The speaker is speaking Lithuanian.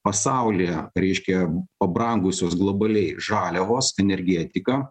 pasaulyje reiškia pabrangusios globaliai žaliavos energetika